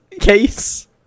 case